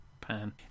pan